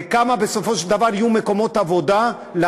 ובסופו של דבר כמה מקומות עבודה יהיו,